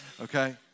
Okay